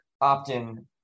opt-in